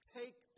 take